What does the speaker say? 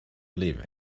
live